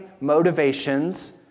motivations